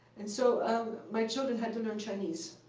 and so um my children had to learn chinese.